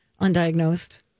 undiagnosed